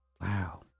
Wow